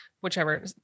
whichever